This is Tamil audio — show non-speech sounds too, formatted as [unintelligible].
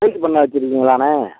[unintelligible] பண்ணை வச்சிருக்கீங்களாணே